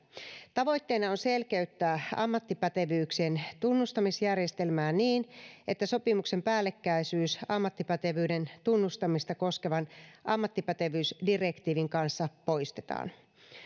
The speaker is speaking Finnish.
tavoitteena on selkeyttää ammattipätevyyksien tunnustamisjärjestelmää niin että sopimuksen päällekkäisyys ammattipätevyyden tunnustamista koskevan ammattipätevyysdirektiivin kanssa poistetaan